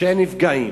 שאין נפגעים.